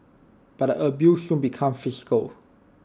but the abuse soon became physical